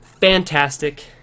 fantastic